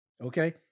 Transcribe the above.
Okay